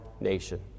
nation